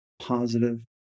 positive